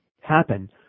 happen